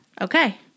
Okay